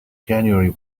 january